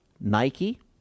Nike